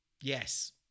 Yes